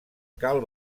cal